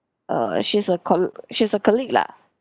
err she has a col~ she has a colleague lah